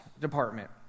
Department